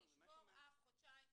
לשבור אף חודשיים,